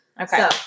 Okay